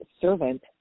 servant